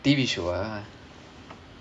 T_V show ah